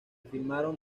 filmaron